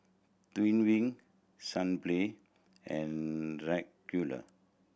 Twining Sunplay and